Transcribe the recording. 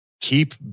Keep